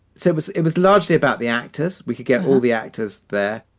so it was it was largely about the actors. we could get all the actors there.